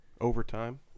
Overtime